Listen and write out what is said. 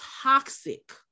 toxic